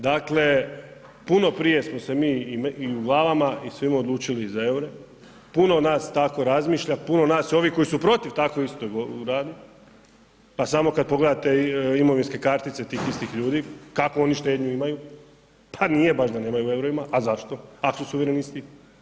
Dakle, puno prije smo se mi i u glavama i u svemu odlučili za EUR-e, puno nas tako razmišlja, puno nas ovih koji su protiv tako isto rade, pa samo kad pogledate imovinske kartice tih istih ljudi kakvu oni štednju imaju, pa nije baš da nemaju u EUR-ima, a zašto ako su suverenisti?